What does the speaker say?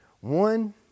One